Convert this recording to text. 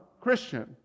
Christian